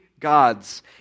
Gods